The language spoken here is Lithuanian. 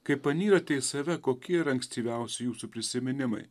kai panyrate į save kokie yra ankstyviausi jūsų prisiminimai